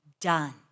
done